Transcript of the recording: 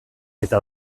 eta